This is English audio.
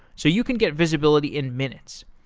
so you can get visibility in minutes.